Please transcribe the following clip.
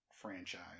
franchise